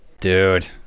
Dude